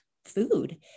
Food